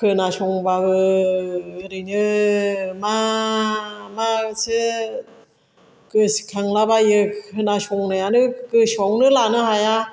खोनासंबाबो ओरैनो मा मासो गोसोखांलाबायो खोनासंनायानो गोसोआवनो लानो हाया